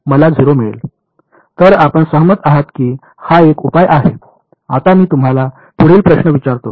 तर आपण सहमत आहात की हा एक उपाय आहे आता मी तुम्हाला पुढील प्रश्न विचारतो